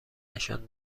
نشان